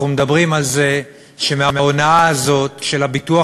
אנחנו מדברים על זה שמההונאה הזאת של הביטוח